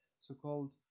so-called